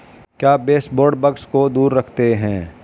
क्या baseboard bugs को दूर रखते हैं?